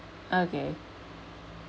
okay